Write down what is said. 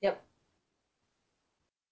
yup